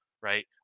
right